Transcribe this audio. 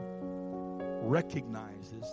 recognizes